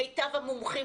מיטב המומחים,